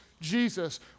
Jesus